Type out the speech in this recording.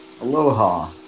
Aloha